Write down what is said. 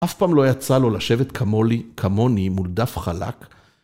אף פעם לא יצא לו לשבת כמוני מול דף חלק.